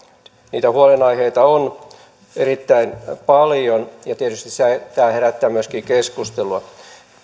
niitä huolenaiheita on erittäin paljon ja tietysti nämä herättävät myöskin keskustelua